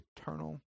eternal